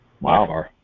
Wow